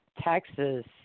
Texas